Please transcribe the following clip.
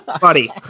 Buddy